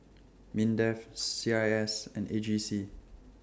Mindef C I S and A G C